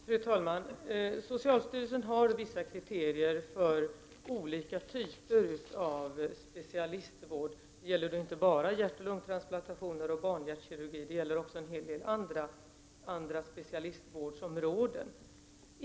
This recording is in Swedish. Fru talman! Socialstyrelsen har vissa kriterier för olika typer av specialistvård. Det gäller inte bara hjärtoch lungtransplantationer och barnhjärtkirurgi. Det gäller också en hel del andra specialistvårdsområden.